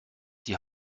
die